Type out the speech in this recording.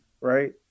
right